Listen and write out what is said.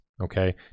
okay